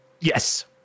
Yes